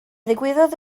ddigwyddodd